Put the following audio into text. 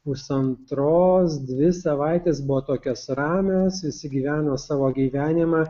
pusantros dvi savaitės buvo tokios ramios visi gyveno savo gyvenimą